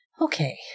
Okay